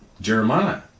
Jeremiah